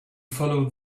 follow